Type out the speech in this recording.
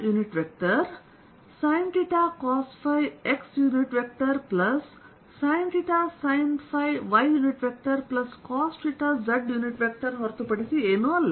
r unit vector sinθ cosϕ x plus sinθ sinϕ y plus cosθ z ಹೊರತುಪಡಿಸಿ ಏನೂ ಅಲ್ಲ